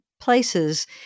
places